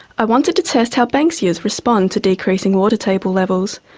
i wanted to test how banksias respond to decreasing water table levels,